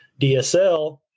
DSL